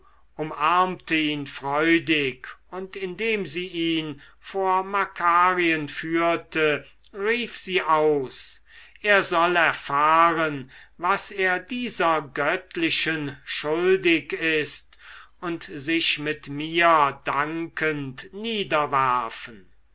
umarmte ihn freudig und indem sie ihn vor makarien führte rief sie aus er soll erfahren was er dieser göttlichen schuldig ist und sich mit mir dankend niederwerfen